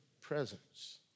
presence